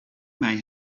may